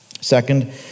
Second